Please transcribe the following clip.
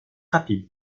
rapide